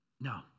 No